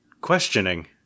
questioning